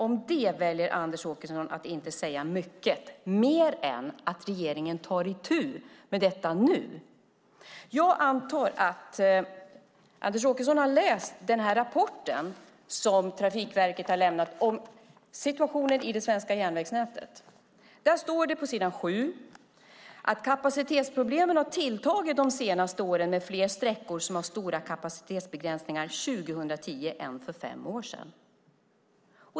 Om detta väljer dock Anders Åkesson att inte säga mycket mer än att regeringen tar itu med det nu. Jag antar att Anders Åkesson har läst Trafikverkets rapport om situationen i det svenska järnvägsnätet. Där står det på s. 7: "Kapacitetsproblemen har tilltagit de senaste åren med fler sträckor som har stora kapacitetsbegränsningar 2010 än för 5 år sedan."